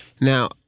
Now